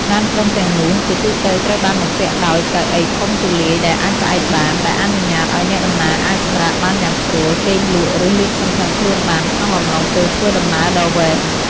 ឡានក្រុងទាំងនោះជាទូទៅត្រូវបានបំពាក់ដោយ កៅអីធំទូលាយដែលអាចផ្អែកបាន ដែលអនុញ្ញាតឱ្យអ្នកដំណើរអាចសម្រាកបានយ៉ាងស្រួល គេងលក់ ឬលាតសន្ធឹងខ្លួនបានក្នុងអំឡុងពេលធ្វើដំណើរដ៏វែង។